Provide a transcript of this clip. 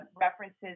references